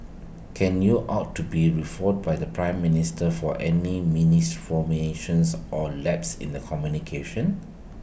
can you ought to be refuted by the Prime Minister for any misinformations or lapses in the communication